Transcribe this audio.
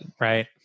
right